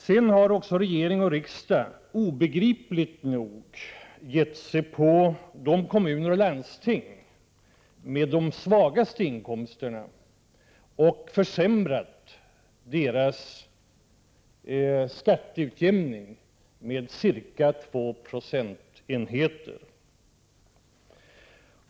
Sedan har också regeringen och riksdagen, obegripligt nog, gett sig på de svagaste kommunerna och landstingen vad gäller inkomster och försämrat deras skatteutjämningsbidrag med ca 2 procentenheter.